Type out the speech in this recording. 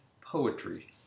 Poetry